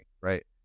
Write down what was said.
Right